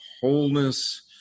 wholeness